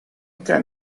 can